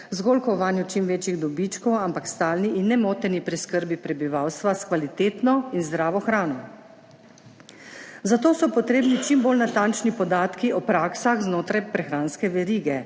zgolj kovanju čim večjih dobičkov, ampak stalni in nemoteni preskrbi prebivalstva s kvalitetno in zdravo hrano. Zato so potrebni čim bolj natančni podatki o praksah znotraj prehranske verige.